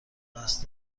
قصد